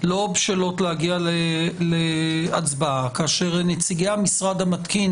לא בשלות להגיע להצבעה כאשר נציגי המשרד המתקין